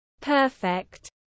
perfect